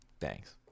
Thanks